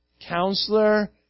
Counselor